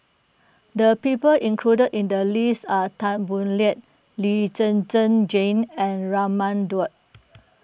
the people included in the list are Tan Boo Liat Lee Zhen Zhen Jane and Raman Daud